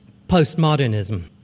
postmodernism.